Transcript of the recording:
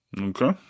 Okay